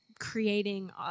creating